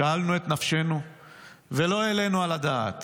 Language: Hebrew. שאלנו את נפשנו ולא העלנו על הדעת